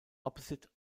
opposite